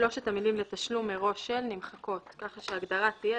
המילים "לתשלום מראש של" נמחקות כך שההגדרה תהיה: